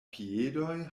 piedoj